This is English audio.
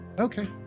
Okay